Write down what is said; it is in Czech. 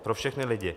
Pro všechny lidi.